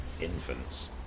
infants